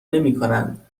نمیکنند